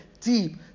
deep